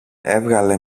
έβγαλε